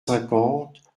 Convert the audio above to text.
cinquante